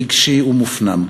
רגשי ומופנם.